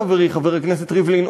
חברי חבר הכנסת ריבלין,